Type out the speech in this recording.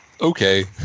okay